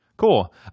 Cool